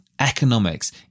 economics